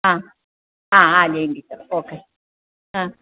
ആ ആ ആ ജയൻ ടീച്ചർ ഓക്കെ ആ